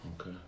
Okay